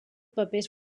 papers